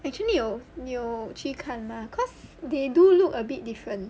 actually 有你有去看吗 cause they do look a bit different